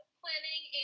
planning